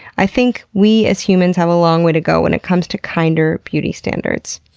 i think we as humans have a long way to go when it comes to kinder beauty standards.